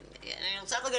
רגע,